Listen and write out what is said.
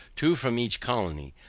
two for each colony.